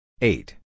Eight